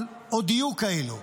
אבל עוד יהיו כאלה.